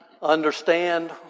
understand